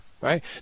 right